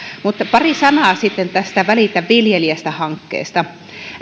pari sanaa tästä välitä viljelijästä hankkeesta